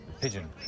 pigeon